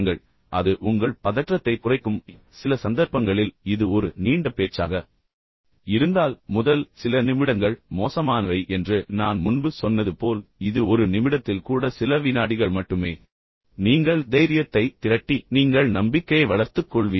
எனவே அது உண்மையில் உங்கள் பதற்றத்தைத் குறைக்கும் சில சந்தர்ப்பங்களில் இது ஒரு நீண்ட பேச்சாக இருந்தால் முதல் சில நிமிடங்கள் மோசமானவை என்று நான் முன்பு சொன்னது போல் இது ஒரு நிமிடத்தில் கூட சில வினாடிகள் மட்டுமே எனவே நீங்கள் தைரியத்தை திரட்டி பின்னர் நீங்கள் நம்பிக்கையை வளர்த்துக் கொள்வீர்கள்